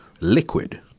liquid